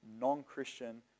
non-Christian